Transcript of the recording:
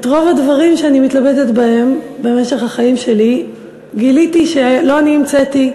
את רוב הדברים שאני מתלבטת בהם במשך החיים שלי גיליתי שלא אני המצאתי,